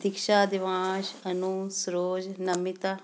Diksha Divansh Anu Saroj Namita